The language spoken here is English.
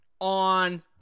on